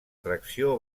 tracció